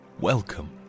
welcome